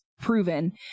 proven